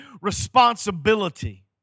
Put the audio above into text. responsibility